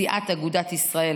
סיעת אגודת ישראל,